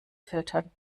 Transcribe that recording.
filtern